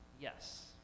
yes